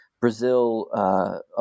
Brazil